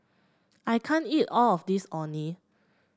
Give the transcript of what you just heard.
I can't eat all of this Orh Nee